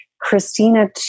Christina